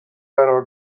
قرار